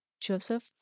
Joseph